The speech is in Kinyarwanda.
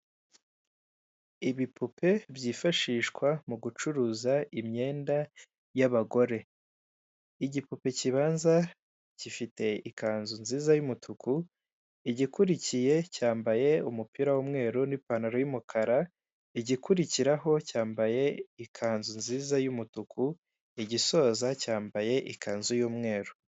Ibipupe byifashishwa mu gucuruza imyenda yaba'abagore igipupe kibanza gifite ikanzu nziza y'umutuku, igikurikiye cyambaye umupira w'umweru n'pantaro y'umukara igikurikiraho cyambaye ikanzu nziza y'umutuku igisoza cyambaye ikanzu y'umweru.